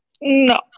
no